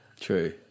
True